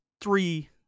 three